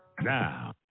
Now